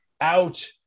out